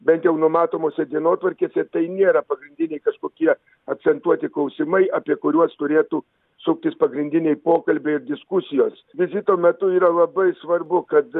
bent jau numatomose dienotvarkėse tai nėra pagrindiniai kažkokie akcentuoti klausimai apie kuriuos turėtų suktis pagrindiniai pokalbiai ir diskusijos vizito metu yra labai svarbu kad